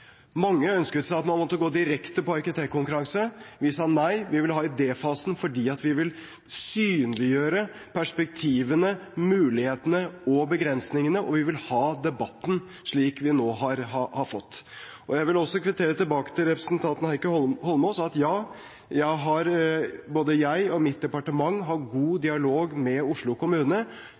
Mange ønsket at man skulle gå direkte til en arkitektkonkurranse. Vi sa nei, vi ville ha idéfasen, fordi vi ville synliggjøre perspektivene, mulighetene og begrensningene, og vi ville ha debatten, slik vi nå har fått. Jeg vil kvittere tilbake til representanten Heikki Eidsvoll Holmås at både jeg og mitt departement har god dialog med Oslo kommune